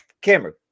camera